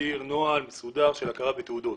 הגדיר נוהל מסודר של הכרה בתעודות